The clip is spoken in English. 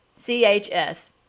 CHS